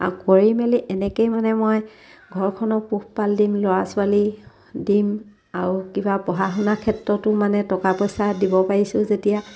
আৰু কৰি মেলি এনেকৈয়ে মানে মই ঘৰখনৰ পোহপাল দিম ল'ৰা ছোৱালী দিম আৰু কিবা পঢ়া শুনা ক্ষেত্ৰতো মানে টকা পইচা দিব পাৰিছোঁ যেতিয়া